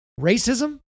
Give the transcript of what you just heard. racism